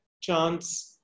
chance